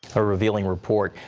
a revealing report,